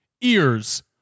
ears